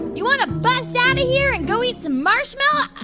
you want to bust out of here and go eat some marshmallows?